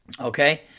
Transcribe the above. Okay